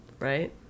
Right